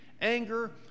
anger